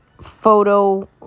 photo